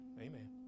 Amen